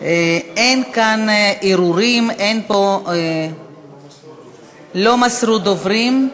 אין כאן ערעורים, לא מסרו דוברים.